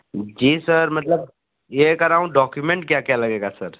जी sir मतलब ये कराऊँ डॉक्यूमेंट क्या क्या लगेगा सर